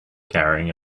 carrying